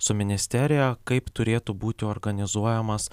su ministerija kaip turėtų būti organizuojamas